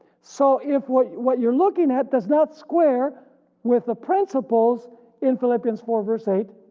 so if what what you're looking at does not square with the principles in philippians four verse eight